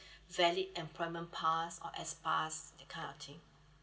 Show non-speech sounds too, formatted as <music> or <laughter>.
<breath> valid employment pass or s pass that kind of thing